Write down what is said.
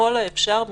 ככל האפשר,